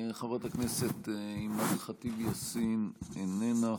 חברת הכנסת אימאן ח'טיב יאסין, איננה.